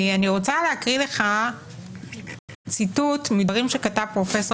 אני רוצה להקריא לך ציטוט מדברים שכתב פרופ'